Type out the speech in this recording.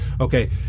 okay